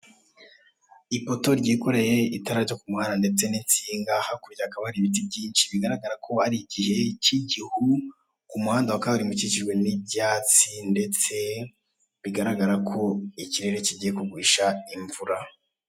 Ipoto ryikoreye itara ryo ku muhanda, ndetse n'insinga, hakurya hakaba hari ibiti byinshi, bigaragara ko ari igihe cy'igihu, ku muhanda wa kaburimbo ukikijwe n'ibyatsi, ndetse biragaraga ko ikirere kigiye kugwisha imvura.